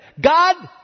God